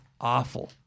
awful